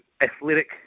athletic